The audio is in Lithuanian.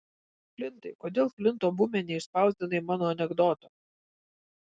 flintai kodėl flinto bume neišspausdinai mano anekdoto